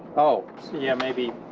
oh yeah maybe